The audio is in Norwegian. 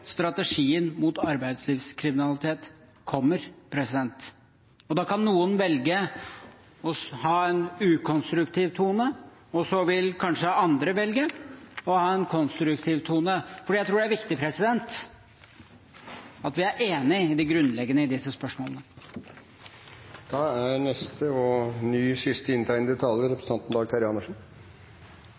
strategien mot arbeidslivskriminalitet kommer. Og da kan noen velge å ha en u-konstruktiv tone, og så vil kanskje andre velge å ha en konstruktiv tone. Det jeg tror er viktig, er at vi er enig i det grunnleggende i disse spørsmålene. Jeg skal da heller ikke si at jeg ikke skal forlenge debatten – i og